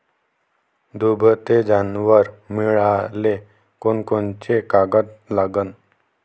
दुभते जनावरं मिळाले कोनकोनचे कागद लागन?